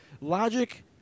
logic